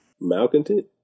Malcontent